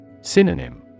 Synonym